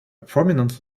prominent